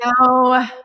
No